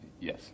Yes